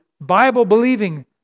Bible-believing